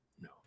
no